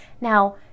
Now